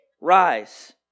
rise